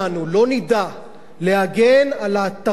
להגן על התרבות הזאת,